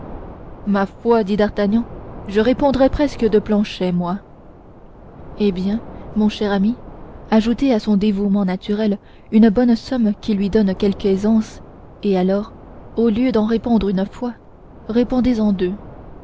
ma foi dit d'artagnan je répondrais presque de planchet moi eh bien mon cher ami ajoutez à son dévouement naturel une bonne somme qui lui donne quelque aisance et alors au lieu d'en répondre une fois répondez en deux